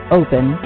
open